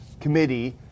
Committee